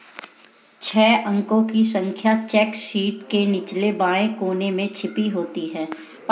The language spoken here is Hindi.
छह अंकों की संख्या चेक शीट के निचले बाएं कोने में छपी होती है